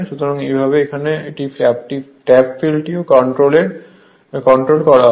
সুতরাং এইভাবে এটিকে ট্যাপড ফিল্ড কন্ট্রোলও বলা হয়